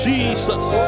Jesus